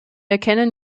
erkennen